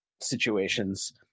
situations